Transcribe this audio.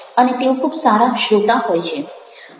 અને તેઓ ખૂબ સારા શ્રોતા હોય છે